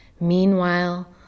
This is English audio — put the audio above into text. Meanwhile